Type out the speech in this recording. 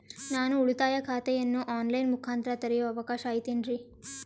ನಾನು ಉಳಿತಾಯ ಖಾತೆಯನ್ನು ಆನ್ ಲೈನ್ ಮುಖಾಂತರ ತೆರಿಯೋ ಅವಕಾಶ ಐತೇನ್ರಿ?